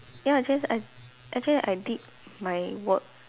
ya just I actually I did my work